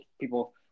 people